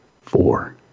four